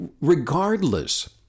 Regardless